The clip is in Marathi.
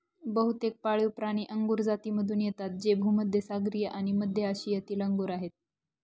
बहुतेक पाळीवप्राणी अंगुर जातीमधून येतात जे भूमध्य सागरीय आणि मध्य आशियातील अंगूर आहेत